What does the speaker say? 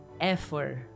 effort